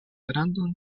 grandan